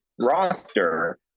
roster